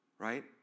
right